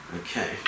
okay